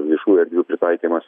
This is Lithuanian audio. viešųjų erdvių pritaikymas